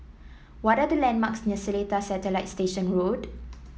what are the landmarks near Seletar Satellite Station Road